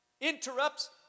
Interrupts